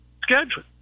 schedule